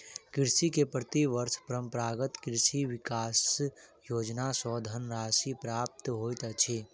कृषक के प्रति वर्ष परंपरागत कृषि विकास योजना सॅ धनराशि प्राप्त होइत अछि